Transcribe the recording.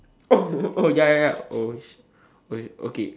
oh oh ya ya ya oh okay